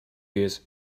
years